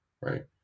right